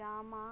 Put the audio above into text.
ꯆꯥꯝꯃ